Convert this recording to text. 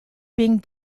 being